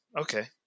Okay